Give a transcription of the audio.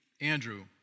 Andrew